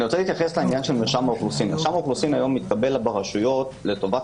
מרשם האוכלוסין היום מתקבל ברשויות לטובת